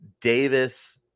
Davis